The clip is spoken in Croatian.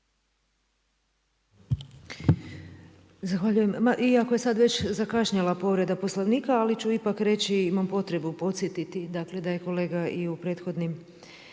Zahvaljujem, ma iako je sad već zakašnjela povreda Poslovnika, ali ću ipak reći, imam potrebu podsjetiti, dakle da je kolega i u prethodnim